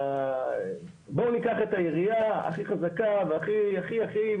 בואו ניקח את העירייה הכי חזקה והכי עם